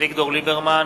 אביגדור ליברמן,